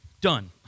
Done